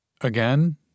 Again